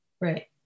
Right